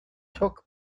took